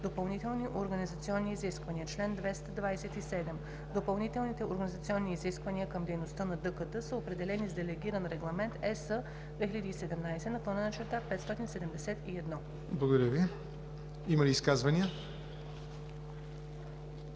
„Допълнителни организационни изисквания „Чл. 227. Допълнителните организационни изисквания към дейността на ДКД са определени с Делегиран регламент (ЕС) 2017/571.“ ПРЕДСЕДАТЕЛ ЯВОР НОТЕВ: Благодаря Ви. Има ли изказвания?